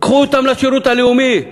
קחו אותם לשירות הלאומי.